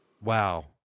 Wow